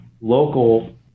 local